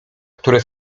które